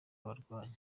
abarwayi